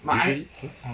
usually hmm